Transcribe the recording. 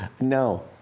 no